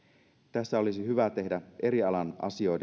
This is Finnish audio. tässä olisi hyvä tehdä eri alojen